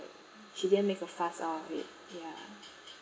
she didn't make a fuss out of it ya